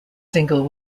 single